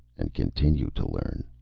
and continue to learn.